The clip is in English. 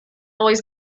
always